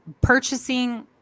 purchasing